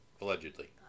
allegedly